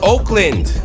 Oakland